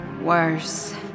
Worse